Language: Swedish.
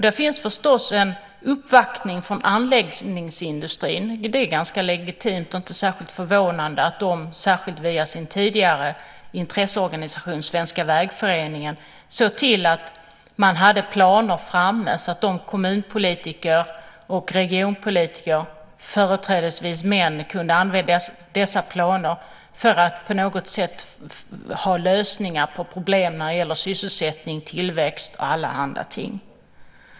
Det finns förstås en uppvaktning från anläggningsindustrin. Det är legitimt och inte förvånande att de, särskilt via sin tidigare intresseorganisation Svenska Vägföreningen, såg till att de hade planer framme så att kommun och regionpolitiker, företrädesvis män, kunde använda dessa planer för att på något sätt få fram lösningar på problemen när det gäller sysselsättning, tillväxt och allehanda ting.